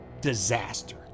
disaster